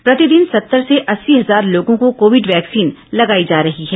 प्रतिदिन सत्तर से अस्सी हजार लोगों को कोविड वैक्सीन लगाई जा रही है